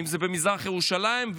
אם זה במזרח ירושלים,